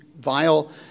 vile